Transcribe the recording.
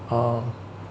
uh